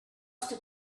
asked